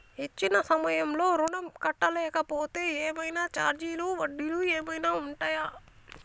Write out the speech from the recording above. ఇచ్చిన సమయంలో ఋణం కట్టలేకపోతే ఏమైనా ఛార్జీలు వడ్డీలు ఏమైనా ఉంటయా?